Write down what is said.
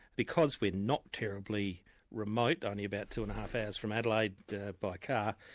because we're not terribly remote, only about two and a half hours from adelaide by car,